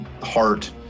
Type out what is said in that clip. heart